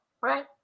right